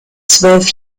zwölf